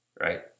right